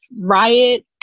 riot